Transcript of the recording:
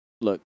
look